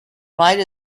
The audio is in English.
might